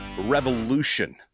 Revolution